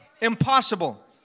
Impossible